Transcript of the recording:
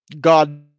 God